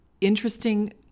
interesting